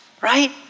right